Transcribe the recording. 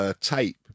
tape